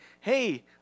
hey